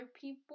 people